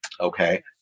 Okay